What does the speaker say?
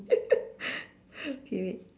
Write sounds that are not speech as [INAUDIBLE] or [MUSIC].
[LAUGHS] okay wait